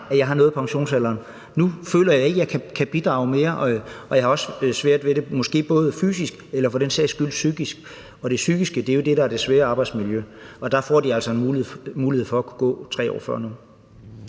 at jeg har nået pensionsalderen; nu føler jeg ikke, at jeg kan bidrage mere, og jeg har også svært ved det. Det kan måske både være fysisk, men for den sags skyld også psykisk, og det psykiske er jo det, der er det svære arbejdsmiljø, og der får de altså mulighed for at kunne gå fra 3 år før nu.